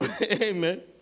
Amen